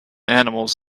animals